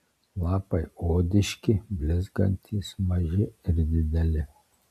lapai odiški blizgantys maži ir dideli